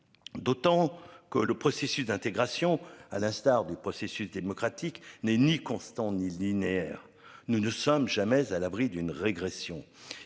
D'autant que le processus d'intégration à l'instar du processus démocratique n'est ni constant ni linéaire. Nous ne sommes jamais à l'abri d'une régression